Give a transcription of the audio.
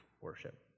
worship